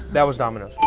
that was domino's.